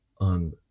on